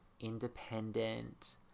independent